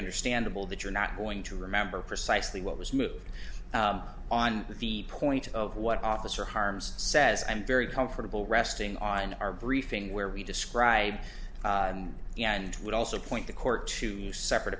understandable that you're not going to remember precisely what was moved on the point of what officer harms says i'm very comfortable resting on our briefing where we describe and would also point the court to you separate